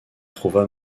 trouva